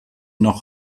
noch